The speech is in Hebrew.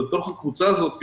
בתוך הקבוצה הזאת יושב,